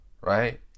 right